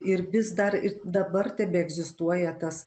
ir vis dar ir dabar tebeegzistuoja tas